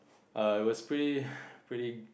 err it was pretty pretty